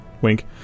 wink